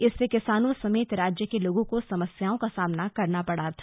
इससे किसानों समेत राज्य के लोगों को समस्याओं का सामना करना पड़ रहा था